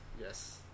yes